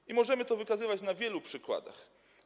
I możemy to wykazywać na wielu przykładach.